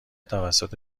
توسط